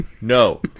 No